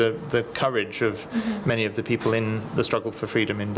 o the courage of many of the people in the struggle for freedom in